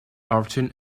after